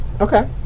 Okay